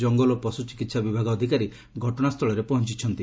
କଙ୍ଗଲ ଓ ପଶୁଚିକିହା ବିଭାଗ ଅଧିକାରୀ ଘଟଶା ସ୍ଚଳରେ ପହଞ୍ ଛନ୍ତି